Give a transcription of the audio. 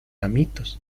amitos